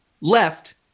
left